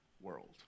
world